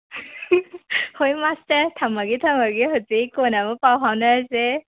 ꯍꯣꯏ ꯃꯥꯁꯇꯔ ꯊꯝꯃꯒꯦ ꯊꯝꯃꯒꯦ ꯍꯧꯖꯤꯛ ꯀꯣꯟꯅ ꯑꯃꯨꯛ ꯄꯥꯎ ꯐꯥꯎꯅꯔꯁꯦ